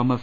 Thomas